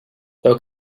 thou